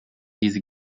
diese